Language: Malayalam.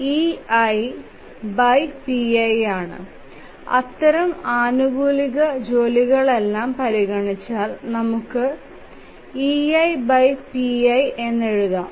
ഇത് പ്രവർത്തിപ്പിക്കുന്ന സമയത്തിന്റെ അംശം ei pi ആണ് അത്തരം ആനുകാലിക ജോലികളെല്ലാം പരിഗണിച്ചാൽ നമുക്ക് write ei pi എഴുതാം